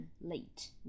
late